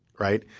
right?